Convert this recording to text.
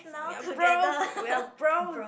ya bros we are bros